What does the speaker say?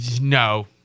No